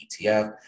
etf